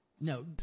No